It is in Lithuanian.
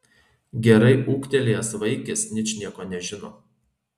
gerai ūgtelėjęs vaikis ničnieko nežino